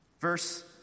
verse